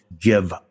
give